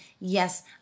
yes